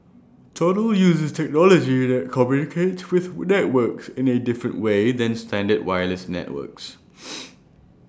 total uses technology that communicates with networks in A different way than standard wireless networks